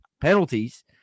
penalties